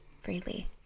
freely